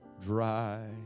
dry